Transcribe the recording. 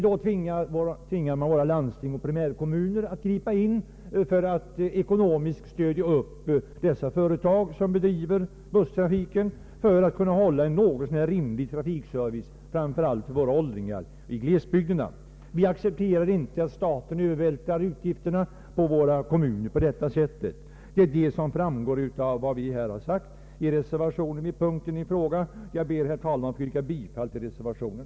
Då tvingas landstingen och primärkommunerna att gripa in för att ekonomiskt stödja busstrafikföretagen så att man skall kunna hålla en något så när rimlig trafikservice, framför allt för åldringarna i glesbygderna. Vi accepterar inte att staten övervältrar utgifterna på kommunerna på detta sätt, och det har vi framhållit i reservationen vid denna punkt. Herr talman! Jag ber att få yrka bifall till reservationen.